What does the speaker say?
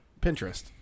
Pinterest